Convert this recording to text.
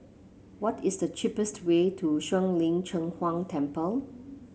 what is the cheapest way to Shuang Lin Cheng Huang Temple